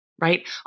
right